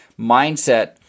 Mindset